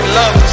love